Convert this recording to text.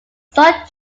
salt